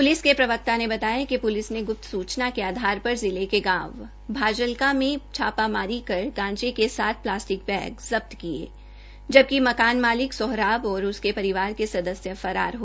police के एक प्रवक्ता ने बताया कि प्लिस ने गुप्त सूचना के आधार पर जिले के गांव भाजलका में छापामारी कर गांजे के सात प्लासटिक बैग जब्त किये जबकि मकान मालिक सोहराब और उसके परिवार के सदस्य फरार है